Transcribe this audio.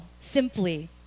simply